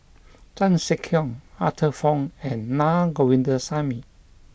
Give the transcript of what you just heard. Chan Sek Keong Arthur Fong and Na Govindasamy